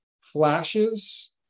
flashes